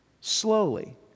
slowly